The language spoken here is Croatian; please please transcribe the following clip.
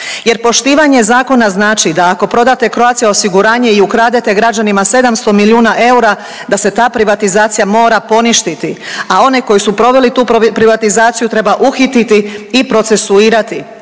Jer poštivanje zakona znači da ako prodate Croatia osiguranje i ukradete građanima 700 milijuna eura da se ta privatizacija mora poništiti, a one koji su proveli tu privatizaciju treba uhititi i procesuirati